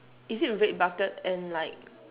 is it red bucket and like